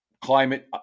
climate